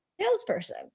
salesperson